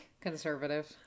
Conservative